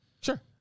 Sure